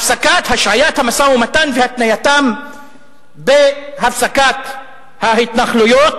הפסקת השהיית המשא-ומתן והתנייתה בהפסקת ההתנחלויות,